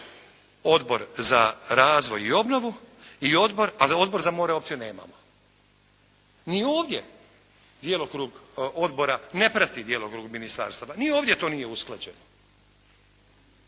Odbor za razvoj i obnovu, a odbor za more uopće nemamo. Ni ovdje djelokrug odbora ne prati djelokrug ministarstava. Ni ovdje to nije usklađeno,